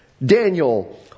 Daniel